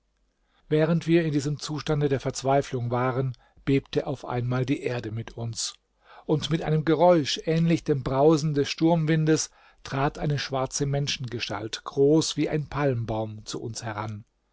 während wir in diesem zustande der verzweiflung waren bebte auf einmal die erde mit uns und mit einem geräusch ähnlich dem brausen des sturmwindes trat eine schwarze menschengestalt groß wie ein palmbaum zu uns heran